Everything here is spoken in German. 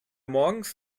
morgens